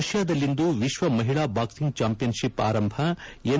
ರಷ್ಯಾದಲ್ಲಿಂದು ವಿಶ್ವ ಮಹಿಳಾ boxing championship ಆರಂಭ ಎಂ